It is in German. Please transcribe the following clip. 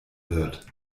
wird